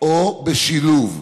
או בשילוב,